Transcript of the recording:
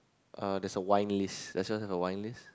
uh there's a wine list does yours have a wine list